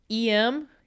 EM